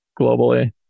globally